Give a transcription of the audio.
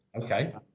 okay